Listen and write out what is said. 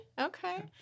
okay